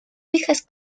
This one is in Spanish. fijas